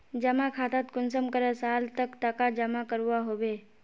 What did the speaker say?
जमा खातात कुंसम करे साल तक टका जमा करवा होबे?